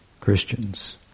Christians